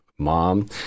mom